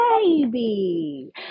baby